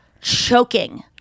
choking